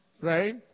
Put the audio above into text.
Right